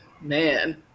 man